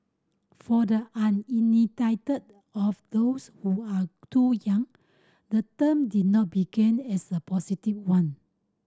for the uninitiated of those who are too young the term did not begin as a positive one